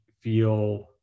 feel